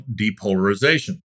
depolarization